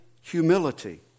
humility